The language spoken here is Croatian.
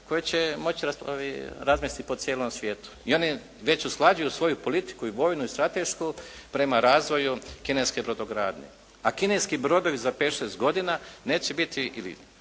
koji će moći razmjestiti po cijelom svijetu. I oni već usklađuju svoju politiku i vojnu i stratešku prema razvoju kineske brodogradnje. A kineski brodovi za 5, 6 godina neće biti ili